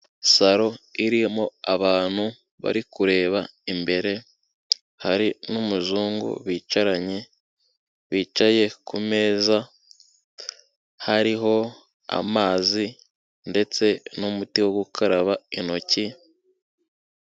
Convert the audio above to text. Saro irimo abantu bari kureba imbere, hari n'umuzungu bicaranye, bicaye ku meza, hariho amazi ndetse n'umuti wo gukaraba intoki.